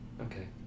Okay